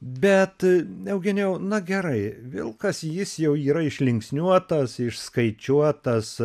bet neauginau na gerai vilkas jis jau yra išlinksniuotas išskaičiuotas